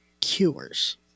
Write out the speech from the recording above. cures